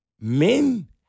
men